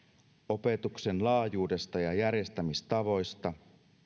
opetuksen laajuudesta ja järjestämistavoista